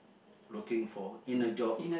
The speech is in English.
looking for in a job